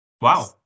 wow